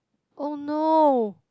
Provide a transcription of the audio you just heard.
oh no